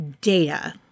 data